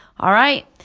all right.